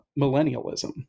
millennialism